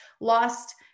lost